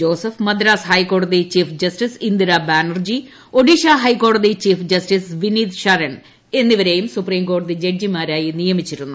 Joseph Madras ഹൈക്കോടതി chief justice Indira Banerjee Odisha ഹൈക്കോടതി chief justice Vineet Saran എന്നിവരെയും സുപ്രീം കോടതി ജഡ്ജിമാരായി നിയമിച്ചിരുന്നു